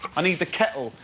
i need the kettle,